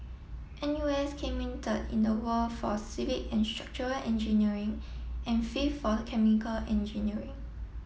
N U S came in third in the world for civil and structural engineering and fifth for the chemical engineering